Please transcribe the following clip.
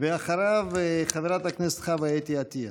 ואחריו, חברת הכנסת חוה אתי עטייה.